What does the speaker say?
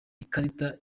ikarita